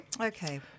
Okay